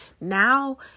Now